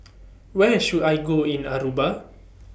Where should I Go in Aruba